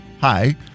Hi